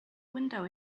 window